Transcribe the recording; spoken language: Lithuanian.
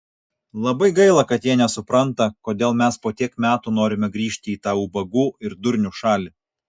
labai gaila kad jie nesupranta kodėl mes po tiek metų norime grįžti į tą ubagų ir durnių šalį